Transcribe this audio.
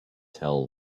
tell